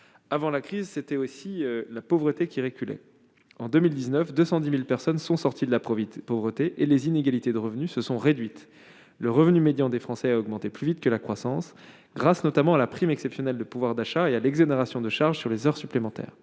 Avant la crise, la pauvreté reculait : en 2019, 210 000 personnes sont sorties de la pauvreté, et les inégalités de revenus se sont réduites. Le revenu médian des Français a augmenté plus vite que la croissance, notamment grâce à la prime exceptionnelle de pouvoir d'achat et à l'exonération de charges sur les heures supplémentaires.